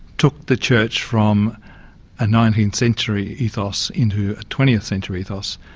took the church from a nineteenth century ethos into a twentieth century ethos,